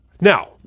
Now